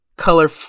Color